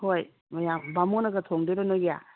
ꯍꯣꯏ ꯃꯌꯥꯝ ꯕꯥꯃꯣꯟꯅꯒ ꯊꯣꯡꯗꯣꯏꯔꯣ ꯅꯣꯏꯒꯤ